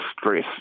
stress